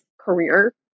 career